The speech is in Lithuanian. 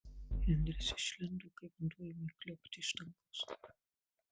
henris išlindo kai vanduo ėmė kliokti iš dangaus